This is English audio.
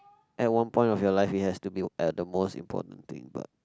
at one point of your life it has to be at the most important thing but